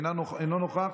אינו נוכח,